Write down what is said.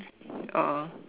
oh